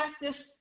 practice